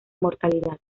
mortalidad